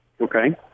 Okay